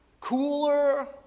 cooler